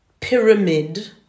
pyramid